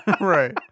right